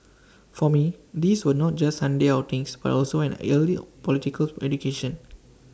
for me these were not just Sunday outings but also an early political education